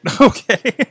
Okay